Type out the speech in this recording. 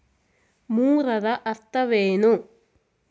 ಮೂರರ ಅರ್ಥವೇನು?